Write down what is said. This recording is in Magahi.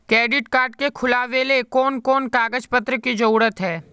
क्रेडिट कार्ड के खुलावेले कोन कोन कागज पत्र की जरूरत है?